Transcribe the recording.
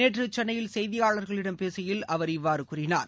நேற்று சென்னையில் செய்தியாளர்களிடம் பேசுகையில் அவர் இவ்வாறு கூறினார்